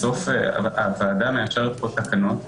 בסוף הוועדה מאשרת פה תקנות,